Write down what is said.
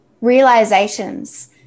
realizations